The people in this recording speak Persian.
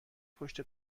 پشت